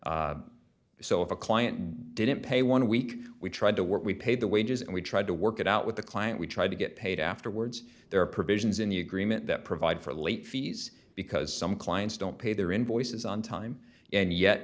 wages so if a client didn't pay one dollar week we tried to work we paid the wages and we tried to work it out with the client we tried to get paid afterwards there are provisions in the agreement that provide for late fees because some clients don't pay their invoices on time and yet